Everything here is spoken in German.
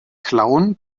klauen